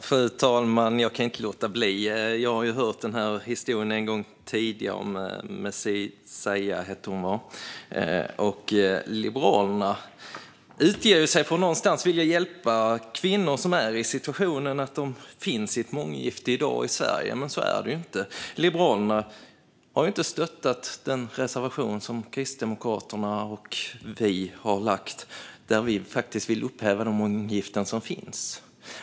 Fru talman! Jag kan inte låta bli att begära replik, för jag har ju hört den här historien om Marzieh tidigare. Liberalerna utger sig någonstans för att vilja hjälpa kvinnor som i dag befinner sig i ett månggifte i Sverige, men så är det inte. Liberalerna stöder ju inte den reservation som Kristdemokraterna och vi har lagt fram, där vi vill upphäva de månggiften som finns.